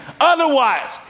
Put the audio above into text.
Otherwise